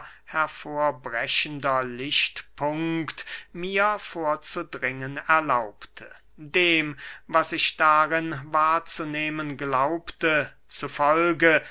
hervorbrechender lichtpunkt mir vorzudringen erlaubte dem was ich darin wahrzunehmen glaubte zu folge